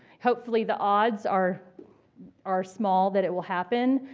hopefully the odds are are small that it will happen.